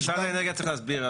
משרד האנרגיה צריך להסביר.